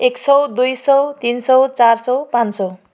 एक सौ दुई सौ तिन सौ चार सौ पाँच सौ